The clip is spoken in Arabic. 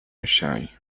الشاي